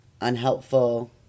unhelpful